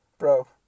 Bro